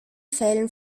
fällen